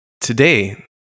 today